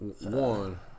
One